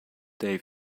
day